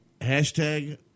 Hashtag